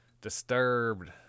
Disturbed